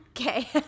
Okay